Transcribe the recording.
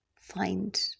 find